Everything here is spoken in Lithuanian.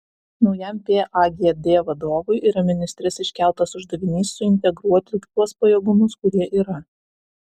naujam pagd vadovui yra ministrės iškeltas uždavinys suintegruoti tuos pajėgumus kurie yra